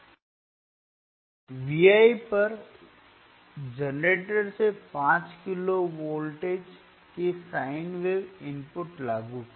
V1 पर generator से 5 kilohertz voltage की साइन वेव इनपुट लागू करें